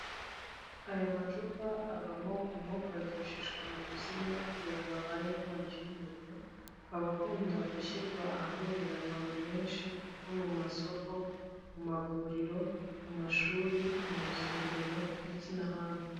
Aya macupa avamo umwuka wifashishwa mu kuzimya igihe habaye inkongi y'umuriro, akaba akunda gushyirwa ahahurira abantu benshi nko mu masoko, mu mavuriro, mu mashuri, mu nsengero ndetse n'ahandi.